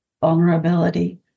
vulnerability